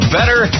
Better